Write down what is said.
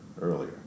earlier